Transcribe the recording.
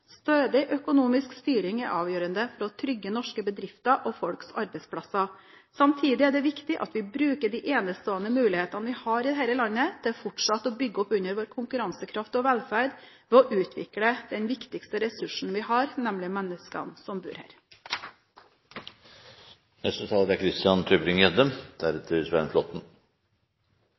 Stødig økonomisk styring er avgjørende for å trygge norske bedrifter og folks arbeidsplasser. Samtidig er det viktig at vi bruker de enestående mulighetene vi har i dette landet, til fortsatt å bygge opp under vår konkurransekraft og velferd ved å utvikle den viktigste ressursen vi har, nemlig menneskene som bor her.